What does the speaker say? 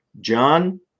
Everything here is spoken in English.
John